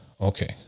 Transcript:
okay